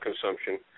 consumption